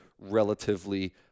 relatively